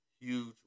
huge